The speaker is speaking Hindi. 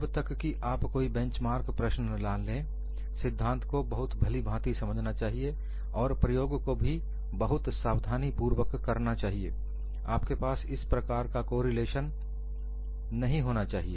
जब तक की आप कोई बेंचमार्क प्रश्न ना लें सिद्धांत को बहुत भली भांति समझना चाहिए और प्रयोग को भी बहुत सावधानीपूर्वक करना चाहिए आपके पास इस प्रकार का कोरिलेशन नहीं होना चाहिए